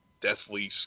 deathly